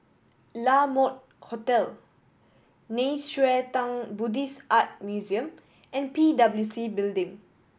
La Mode Hotel Nei Xue Tang Buddhist Art Museum and P W C Building